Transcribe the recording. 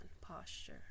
posture